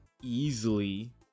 easily